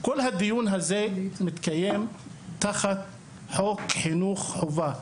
כל הדיון הזה מתקיים תחת חוק חינוך חובה.